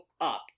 up